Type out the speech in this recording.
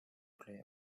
player